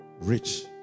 rich